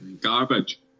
Garbage